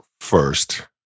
first